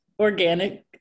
organic